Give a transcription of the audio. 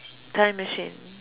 time machine